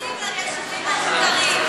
הם לא נכנסים ליישובים המוכרים.